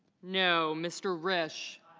no. mr. rish